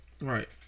Right